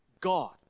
God